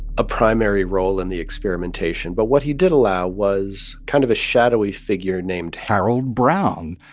a primary role in the experimentation. but what he did allow was kind of a shadowy figure named. harold brown,